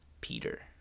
Peter